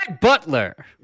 butler